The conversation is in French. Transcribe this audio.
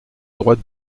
droite